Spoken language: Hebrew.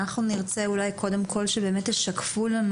אנחנו נרצה אולי קודם כול שבאמת תשקפו לנו